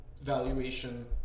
valuation